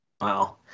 wow